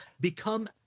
become